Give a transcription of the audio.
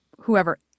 whoever